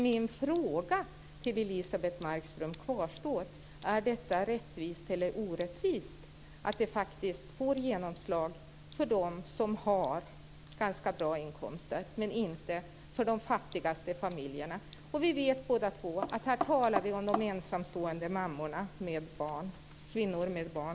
Min fråga till Elisebeht Markström kvarstår. Är det rättvist eller orättvist att det faktiskt får genomslag för dem som har ganska bra inkomster men inte för de fattigaste familjerna? Vi vet båda två att vi här talar om de ensamstående mammorna - kvinnor med barn.